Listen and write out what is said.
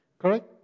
Correct